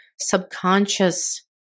subconscious